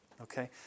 Okay